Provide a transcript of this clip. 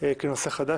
כנושא חדש?